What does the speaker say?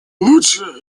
лучше